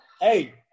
Hey